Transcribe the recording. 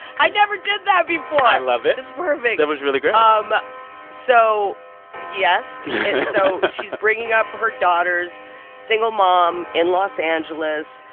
i never did that before i love it it's perfect that was really great um so yes and so she's bringing up her daughters single mom in los angeles.